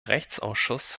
rechtsausschuss